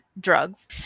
drugs